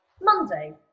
Monday